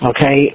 okay